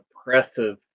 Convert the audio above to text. oppressive